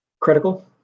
Critical